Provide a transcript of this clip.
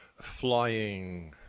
flying